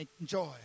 enjoy